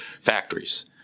factories